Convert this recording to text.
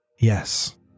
Yes